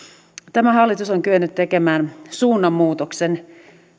tämä hallitus on kyennyt tekemään suunnanmuutoksen